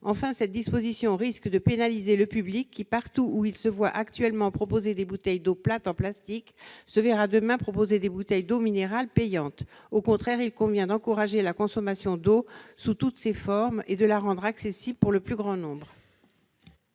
Enfin, cette disposition risque de pénaliser le public, qui, partout où il se voit actuellement proposer des bouteilles d'eau plate en plastique, se verra demain proposer des bouteilles d'eau minérale payante. Au contraire, il convient d'encourager la consommation d'eau sous toutes ses formes et de la rendre accessible par le plus grand nombre.